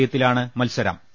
സ്റ്റേഡിയത്തിലാണ് മത്സരം